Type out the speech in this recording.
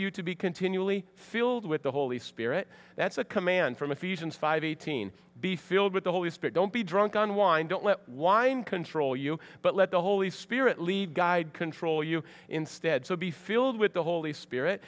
you to be continually filled with the holy spirit that's a command from the fusions five eighteen be filled with the holy spirit don't be drunk on wine don't let wine control you but let the holy spirit lead guide control you instead so be filled with the holy spirit